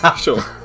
Sure